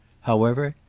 however,